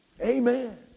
Amen